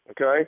Okay